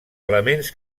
elements